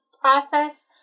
process